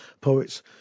poets